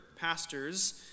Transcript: pastors